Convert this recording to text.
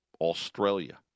Australia